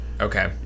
Okay